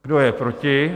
Kdo je proti?